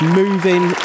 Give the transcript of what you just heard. moving